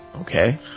Okay